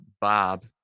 Bob